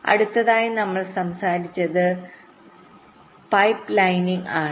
അടുത്തതായി നമ്മൾ സംസാരിച്ചത് പൈപ്പ്ലൈനിംഗ്ആണ്